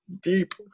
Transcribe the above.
deep